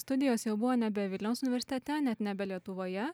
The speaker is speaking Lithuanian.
studijos jau buvo nebe vilniaus universitete net nebe lietuvoje